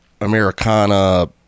americana